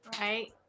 right